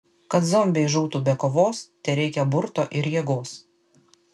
kad zombiai žūtų be kovos tereikia burto ir jėgos